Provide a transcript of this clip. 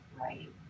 right